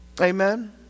Amen